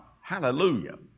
Hallelujah